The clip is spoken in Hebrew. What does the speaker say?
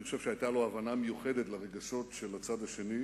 אני חושב שהיתה לו הבנה מיוחדת לרגשות של הצד השני,